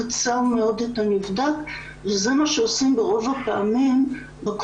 בשלב ההחדרה של ההתקן הכאבים היו